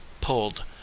pulled